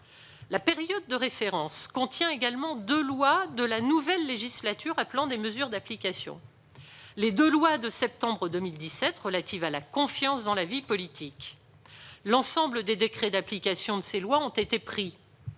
La période de référence comprend également deux lois de la nouvelle législature appelant des mesures d'application : les deux lois de septembre 2017 relatives à la confiance dans la vie politique. L'ensemble des décrets d'application de ces lois ont été pris.